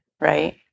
right